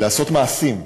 לעשות מעשים,